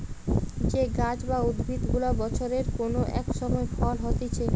যে গাছ বা উদ্ভিদ গুলা বছরের কোন এক সময় ফল হতিছে